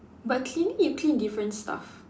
but cleaning you clean different stuff